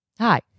Hi